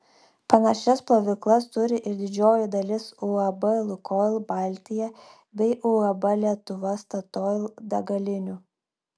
panašias plovyklas turi ir didžioji dalis uab lukoil baltija bei uab lietuva statoil degalinių